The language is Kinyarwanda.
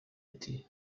ati